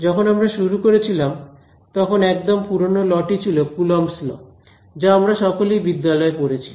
যখন আমরা শুরু করেছিলাম তখন একদম পুরনো ল টি ছিল কুলম্বস ল Coulomb's law যা আমরা সকলেই বিদ্যালয় এ পড়েছি